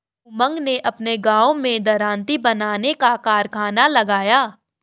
उमंग ने अपने गांव में दरांती बनाने का कारखाना लगाया